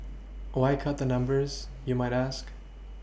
why cut the numbers you might ask